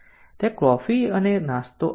પછી ત્યાં સર્વિસ અથવા કચરો છે